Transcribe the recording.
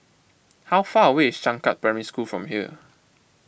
how far away is Changkat Primary School from here